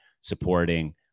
supporting